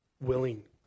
willing